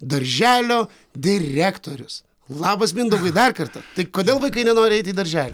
darželio direktorius labas mindaugai dar kartą tai kodėl vaikai nenori eit į darželį